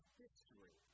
history